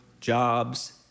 jobs